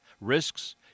risks